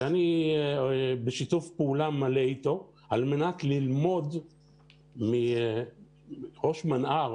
אני בשיתוף פעולה מלא איתנו על מנת ללמוד מראש מנה"ר